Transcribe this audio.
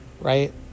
Right